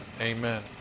Amen